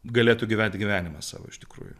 galėtų gyventi gyvenimą savo iš tikrųjų